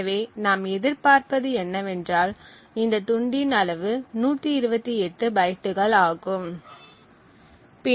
எனவே நாம் எதிர்பார்ப்பது என்னவென்றால் இந்த துண்டின் அளவு 128 பைட்டுகள் ஆகும்